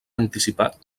anticipat